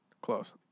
close